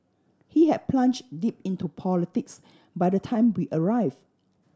he had plunged deep into politics by the time we arrived